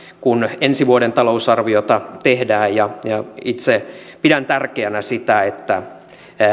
kun ensi vuoden talousarviota tehdään itse pidän tärkeänä sitä että